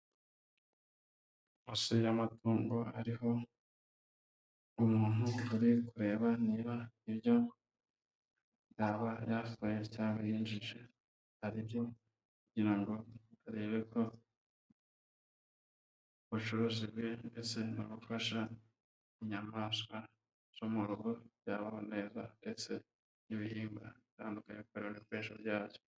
Farumasi y'amatungo, hariho umuntu uri kureba niba ibyo yaba yarashoye cyangwa yinjije ari byo, kugira ngo arebe ko ubucuruzi bwe bumeze nk'ubufasha inyamaswa zo mu rugo ko zabaho neza, ndetse n'ibihigwa bitandukanye akabibonera ibikoresho byazo.